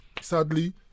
sadly